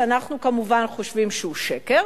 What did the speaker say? שאנחנו כמובן חושבים שהוא שקר,